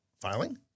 filing